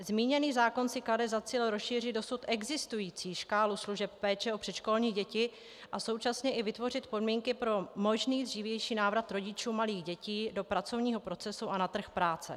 Zmíněný zákon si klade za cíl rozšířit dosud existující škálu služeb péče o předškolní děti a současně i vytvořit podmínky pro možný dřívější návrat rodičů malých dětí do pracovního procesu a na trh práce.